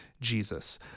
Jesus